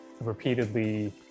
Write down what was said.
repeatedly